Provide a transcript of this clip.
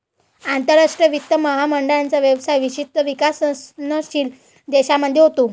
आंतरराष्ट्रीय वित्त महामंडळाचा व्यवसाय विशेषतः विकसनशील देशांमध्ये होतो